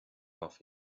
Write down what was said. off